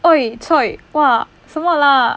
!oi! !wah! 什么啦